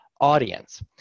audience